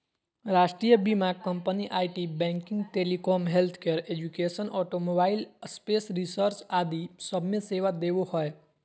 राष्ट्रीय बीमा company IT, banking, telecom, healthcare, education, automobile, space research आदि सब मे सेवा देवो हय